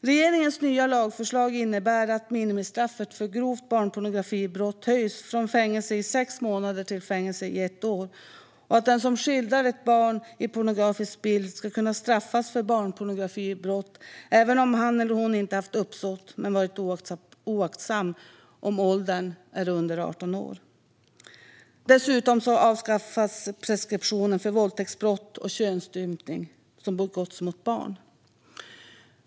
Regeringens nya lagförslag innebär att minimistraffet för grovt barnpornografibrott höjs från fängelse i sex månader till fängelse i ett år och att den som skildrar ett barn i pornografisk bild ska kunna straffas för barnpornografibrott även om han eller hon inte haft uppsåt men varit oaktsam på om den som skildras är under 18 år. Dessutom avskaffas preskriptionen för våldtäktsbrott och könsstympning som begåtts mot barn.